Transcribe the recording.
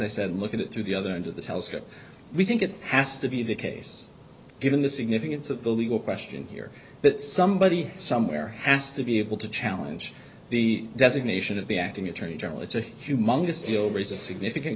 i said look at it through the other end of the telescope we think it has to be the case given the significance of the legal question here that somebody somewhere has to be able to challenge the designation of the acting attorney general it's a humongous delivers a significant